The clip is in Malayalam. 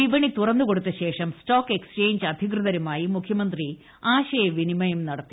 വിപണി തുറന്നുകൊടുത്തശേഷം സ്റ്റോക്ക് എക്സ്ചേ ഞ്ച് അധികൃതരുമായി മുഖ്യമന്ത്രി ആശയവിനിമയം നടത്തി